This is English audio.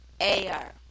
air